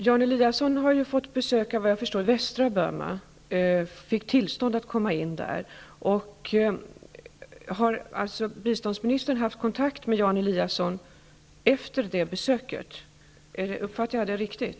Herr talman! Jan Eliasson har vad jag förstår fått tillstånd att besöka västra Burma. Har biståndsministern alltså haft kontakt med Jan Eliasson efter det besöket? Uppfattade jag det riktigt?